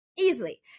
easily